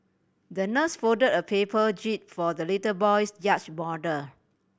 the nurse fold a paper jib for the little boy's yacht model